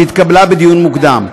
שהתקבלה בדיון מוקדם.